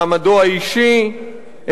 מעמדו האישי,